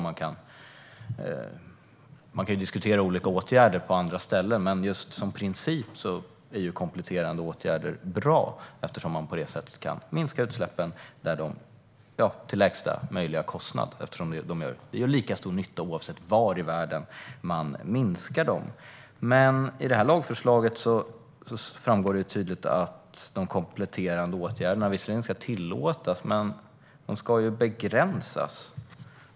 Man kan diskutera åtgärder på andra ställen, men som princip är kompletterande åtgärder bra eftersom man på det sättet kan minska utsläppen till lägsta möjliga kostnad eftersom minskningarna gör lika stor nytta oavsett var i världen man gör dem. I det här lagförslaget framgår det tydligt att de kompletterande åtgärderna visserligen ska tillåtas, men de ska ju begränsas.